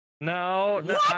No